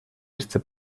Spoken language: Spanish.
este